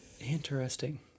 Interesting